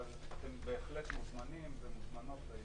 אבל אתם בהחלט מוזמנים ומוזמנות לישיבה.